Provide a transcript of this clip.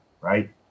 right